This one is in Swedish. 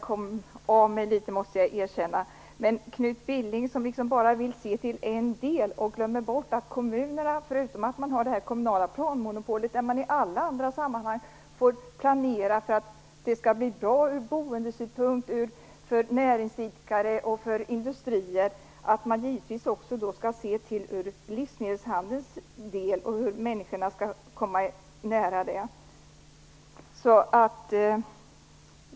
Knut Billing vill bara se en del och glömmer bort att kommunerna - förutom att de har det kommunala planmonopolet, där de i alla andra sammanhang får planera för att det skall bli bra för boende, för näringsidkare och för industrier - givetvis också skall planera för livsmedelshandeln och för att människorna skall kunna komma nära den.